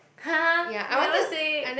!huh! never say